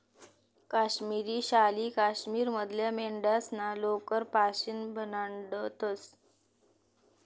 काश्मिरी शाली काश्मीर मधल्या मेंढ्यास्ना लोकर पाशीन बनाडतंस